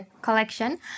collection